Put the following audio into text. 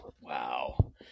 Wow